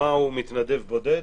מהו מתנדב בודד.